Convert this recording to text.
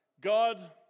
God